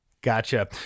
Gotcha